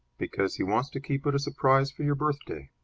because he wants to keep it a surprise for your birthday.